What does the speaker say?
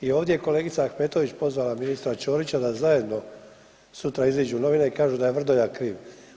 I ovdje je kolegica Ahmetović pozvala ministra Ćorića da zajedno sutra iziđu u novine i kažu da je Vrdoljak kriv